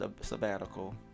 sabbatical